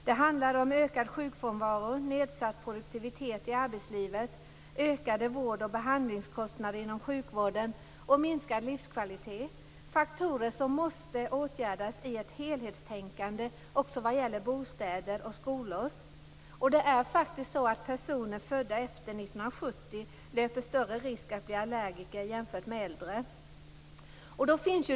Det handlar om ökad sjukfrånvaro, nedsatt produktivitet i arbetslivet, ökade vård och behandlingskostnader inom sjukvården och minskad livskvalitet, faktorer som måste angripas i ett helhetstänkande också vad gäller bostäder och skolor. Det är faktiskt så att personer födda efter 1970 löper större risk än andra att bli allergiker.